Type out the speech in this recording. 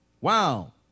Wow